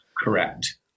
Correct